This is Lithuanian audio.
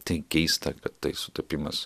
tai keista kad tai sutapimas